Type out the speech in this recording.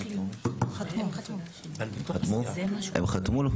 הם חתמו לו?